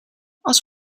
als